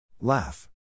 Laugh